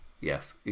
Yes